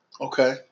Okay